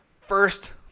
first